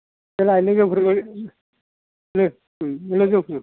बेलाय लोगोफोरखौ बे लोगोखौ